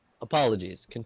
Apologies